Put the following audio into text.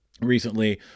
recently